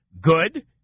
Good